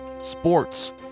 sports